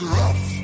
rough